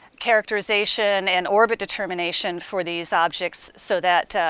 characterization, and orbit determination for these objects so that